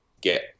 get